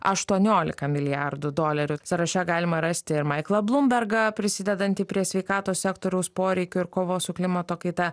aštuoniolika milijardų dolerių sąraše galima rasti ir maiklą blumbergą prisidedantį prie sveikatos sektoriaus poreikių ir kovos su klimato kaita